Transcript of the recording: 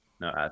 no